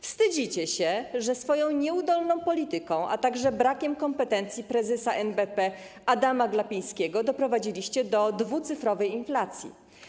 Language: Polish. Wstydzicie się, że swoją nieudolną polityką, a także brakiem kompetencji prezesa NBP Adama Glapińskiego doprowadziliście do dwucyfrowej inflacji.